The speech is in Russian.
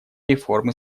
реформы